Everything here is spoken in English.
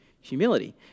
humility